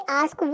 ask